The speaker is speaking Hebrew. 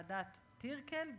ועדת טירקל,